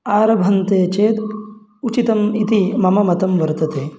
आरभन्ते चेत् उचितम् इति मम मतं वर्तते